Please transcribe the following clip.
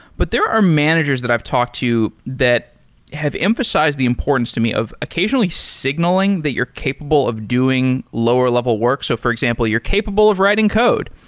but there are managers that i've talked to that have emphasized the importance to me of occasionally signaling that you're capable of doing lower-level work. so for example, you're capable of writing code.